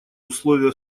условия